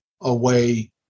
away